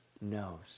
knows